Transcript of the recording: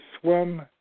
Swim